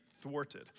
thwarted